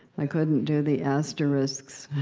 i couldn't do the asterisks